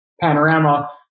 panorama